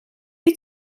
wyt